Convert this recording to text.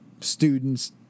students